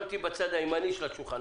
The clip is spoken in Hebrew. שמת בצד הימני של השולחן,